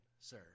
sir